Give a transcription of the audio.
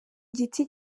giti